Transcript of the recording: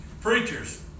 preachers